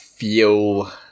feel